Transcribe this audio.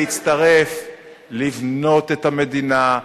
להצטרף, לבנות את המדינה,